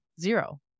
zero